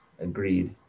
agreed